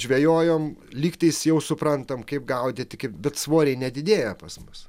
žvejojom lygtis jau suprantam kaip gaudyti bet svoriai nedidėja pas mus